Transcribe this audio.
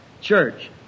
church